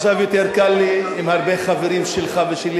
עכשיו יותר קל לי עם הרבה חברים שלך ושלי,